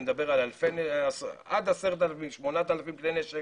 אני מדבר על עד 10,000 או 8,000 כלי נשק